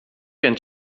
wiem